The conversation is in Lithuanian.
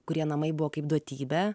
kurie namai buvo kaip duotybė